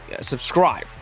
subscribe